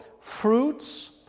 fruits